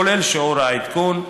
כולל שיעור העדכון,